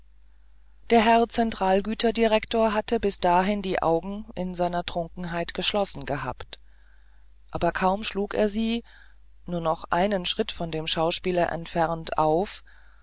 der herr zentralgüterdirektor hatte bis dahin die augen in seiner trunkenheit geschlossen gehabt kaum schlug er sie nur noch einen schritt von dem schauspieler entfernt auf